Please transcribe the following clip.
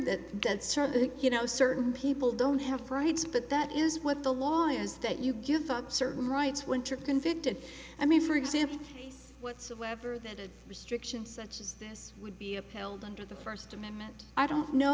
certain you know certain people don't have friends but that is what the law is that you give up certain rights winter convicted i mean for example whatsoever that a restriction such as this would be upheld under the first amendment i don't know